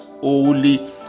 holy